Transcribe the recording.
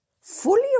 fully